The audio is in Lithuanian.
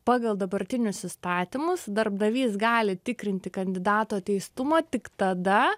pagal dabartinius įstatymus darbdavys gali tikrinti kandidato teistumą tik tada